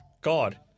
God